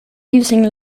using